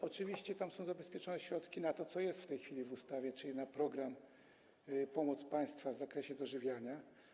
Oczywiście tam są zabezpieczone środki na to, co jest w tej chwili w ustawie, czyli na program „Pomoc państwa w zakresie dożywiania”